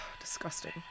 disgusting